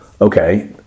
okay